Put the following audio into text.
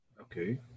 Okay